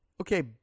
okay